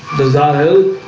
does i'll